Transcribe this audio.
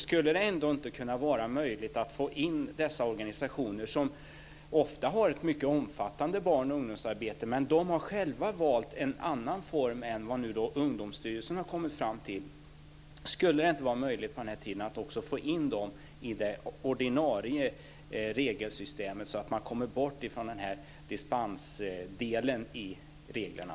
Skulle det ändå inte vara möjligt att få in också dessa organisationer, som ofta har ett mycket omfattande barn och ungdomsarbete men som själva har valt en annan form än vad Ungdomsstyrelsen nu har kommit fram till, i det ordinarie regelsystemet så att man kommer bort från den här dispensdelen i reglerna?